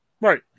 Right